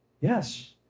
Yes